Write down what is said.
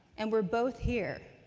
and we're both here.